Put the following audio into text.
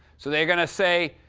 so they're gonna say,